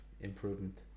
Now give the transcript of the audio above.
improvement